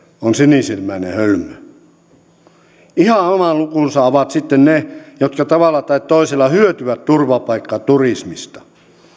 on sinisilmäinen hölmö ihan oma lukunsa ovat sitten ne jotka tavalla tai toisella hyötyvät turvapaikkaturismista